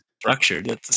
structured